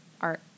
art